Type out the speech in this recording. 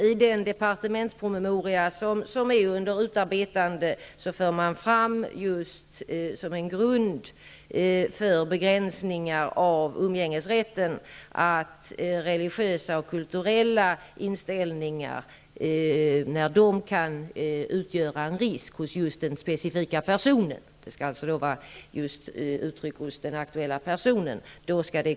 I den departementspromemoria som är under utarbetande förs fram som en grund för inskränkningar i umgängesrätten religiösa och kulturella inställningar hos den specifika personen som kan utgöra en risk -- det skall alltså vara hos den aktuella personen.